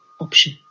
option